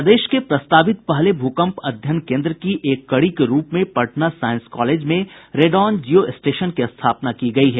प्रदेश के प्रस्तावित पहले भूकंप अध्ययन केन्द्र की एक कड़ी के रूप में पटना साइंस कॉलेज में रेडॉन जियो स्टेशन की स्थापना की गयी है